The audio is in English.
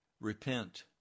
Repent